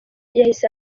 yahise